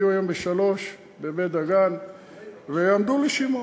הם יהיו היום ב-15:00 בבית-דגן ויעמדו לשימוע.